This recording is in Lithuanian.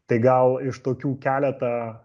tai gal iš tokių keletą